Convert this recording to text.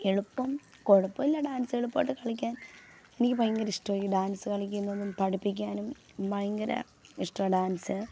എളുപ്പം കുഴപ്പമില്ല ഡാൻസ് എളുപ്പമായിട്ട് കളിക്കാൻ എനിക്ക് ഭയങ്കര ഇഷ്ടാണ് ഈ ഡാൻസ് കളിക്കുന്നതും പഠിപ്പിക്കാനും ഭയങ്കര ഇഷ്ടാണ് ഡാൻസ്